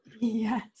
yes